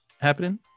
happening